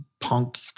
punk